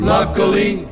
Luckily